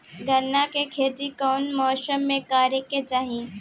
गन्ना के खेती कौना मौसम में करेके चाही?